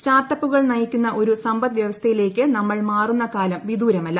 സ്റ്റാർട്ടപ്പുകൾ നയിക്കുന്ന ഒരു സമ്പദ്വ്യവസ്ഥയിലേക്ക് നമ്മൾ മാറുന്ന കാലം വിദൂരമല്ല